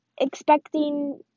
expecting